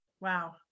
Wow